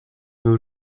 nos